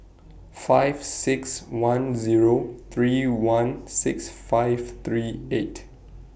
five six one Zero three one six five three eight